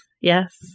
yes